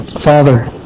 Father